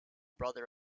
brother